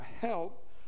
help